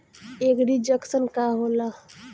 एगरी junction का होला?